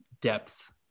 depth